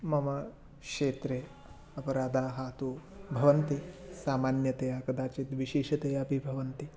मम क्षेत्रे अपराधाः तु भवन्ति सामान्यतया कदाचित् विशेषतया अपि भवन्ति